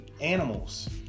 animals